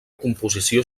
composició